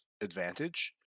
advantage